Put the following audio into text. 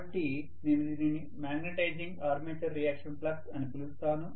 కాబట్టి నేను దీనిని మాగ్నెటైజింగ్ ఆర్మేచర్ రియాక్షన్ ఫ్లక్స్ అని పిలుస్తాను